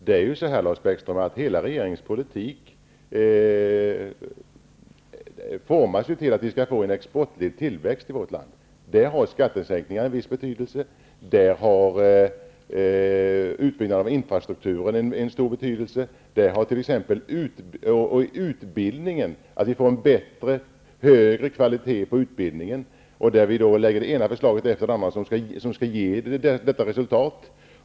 Herr talman! Hela regeringens politik formas ju till att vi skall få en tillväxt i vårt land, Lars Bäckström. I det sammanhanget har skattesänkningar en viss betydelse, och utbyggnaden av infrastrukturen har en stor betydelse. Även utbildningen är i detta sammanhang viktig. Det gäller för oss att se till att få en bättre, högre kvalitet på utbildningen, och vi lägger fram det ena förslaget efter det andra som skall ge detta resultat.